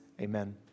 Amen